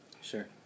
Sure